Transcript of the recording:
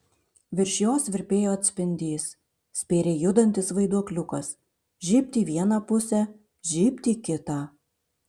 virš jos virpėjo atspindys spėriai judantis vaiduokliukas žybt į vieną pusę žybt į kitą